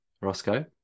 Roscoe